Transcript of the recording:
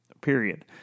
period